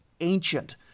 ancient